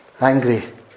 angry